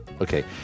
Okay